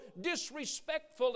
disrespectful